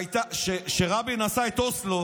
כשרבין עשה את אוסלו